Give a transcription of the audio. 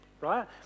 right